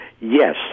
yes